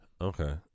Okay